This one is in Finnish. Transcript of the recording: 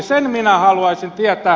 sen minä haluaisin tietää